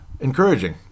encouraging